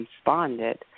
responded